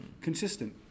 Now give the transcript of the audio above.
Consistent